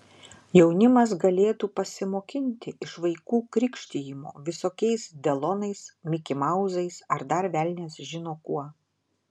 jaunimas galėtų pasimokinti iš vaikų krikštijimo visokiais delonais mikimauzais ar dar velnias žino kuo